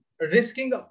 risking